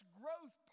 growth